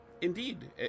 Indeed